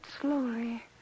slowly